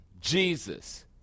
Jesus